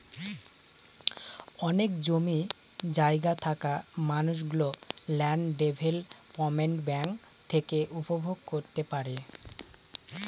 অনেক জমি জায়গা থাকা মানুষ গুলো ল্যান্ড ডেভেলপমেন্ট ব্যাঙ্ক থেকে উপভোগ করতে পারে